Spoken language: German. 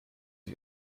ich